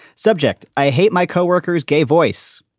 subject. i hate my co-workers. gay voice.